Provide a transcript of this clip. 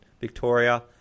Victoria